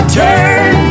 turn